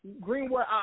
Greenwood